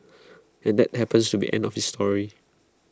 and that happens to be end of his story